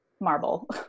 marble